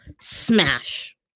Smash